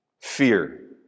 fear